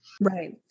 right